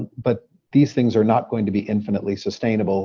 but these things are not going to be infinitely sustainable